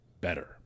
better